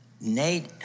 Nate